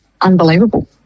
unbelievable